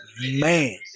man